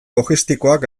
logistikoak